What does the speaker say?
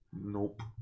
Nope